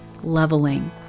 leveling